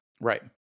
right